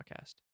podcast